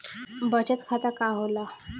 बचत खाता का होला?